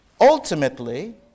Ultimately